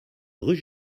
rue